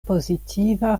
pozitiva